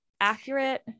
accurate